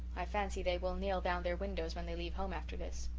i fancy they will nail down their windows when they leave home after this!